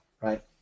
right